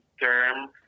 term